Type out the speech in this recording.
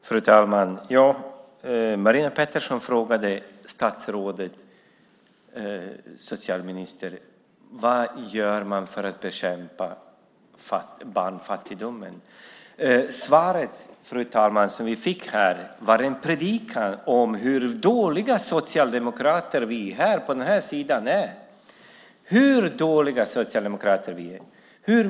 Fru talman! Marina Pettersson frågade socialministern vad man gör för att bekämpa barnfattigdomen. Svaret vi fick var en predikan om hur dåliga vi socialdemokrater är.